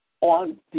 on